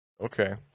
Okay